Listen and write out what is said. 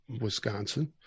Wisconsin